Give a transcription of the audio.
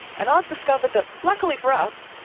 and i've discovered that, luckily for us,